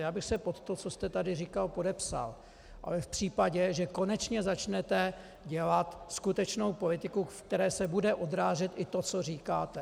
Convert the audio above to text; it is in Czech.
Já bych se pod to, co jste tady říkal, podepsal, ale v případě, že konečně začnete dělat skutečnou politiku, ve které se bude odrážet i to, co říkáte.